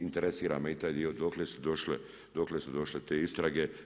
Interesira me i taj dio dokle su došle te istrage.